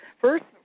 First